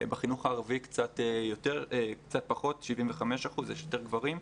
בחינוך הערבי קצת פחות, 75%, יש יותר גברים.